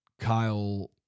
Kyle